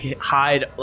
hide